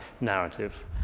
narrative